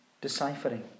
deciphering